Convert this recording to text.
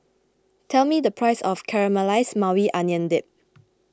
tell me the price of Caramelized Maui Onion Dip